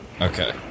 Okay